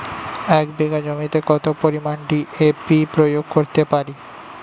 এক বিঘা জমিতে কত পরিমান ডি.এ.পি প্রয়োগ করতে পারি?